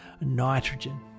nitrogen